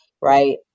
right